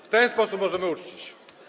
W ten sposób możemy uczcić.